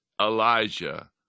Elijah